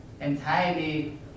entirely